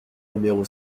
numéro